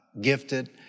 gifted